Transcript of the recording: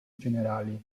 generali